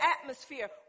atmosphere